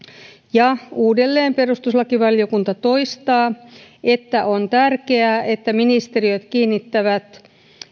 ja uudelleen perustuslakivaliokunta toistaa että on tärkeää että ministeriöt kiinnittävät